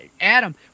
Adam